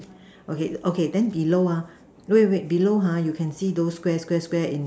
okay okay then below ah wait wait below ha you can see those Square Square in